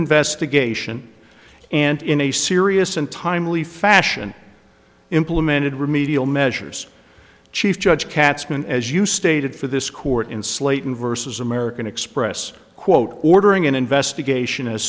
investigation and in a serious and timely fashion implemented remedial measures chief judge katzman as you stated for this court in slayton versus american express quote ordering an investigation as